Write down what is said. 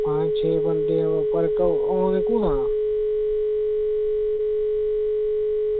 पंज छे बंदे पर औने कुत्थां